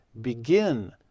begin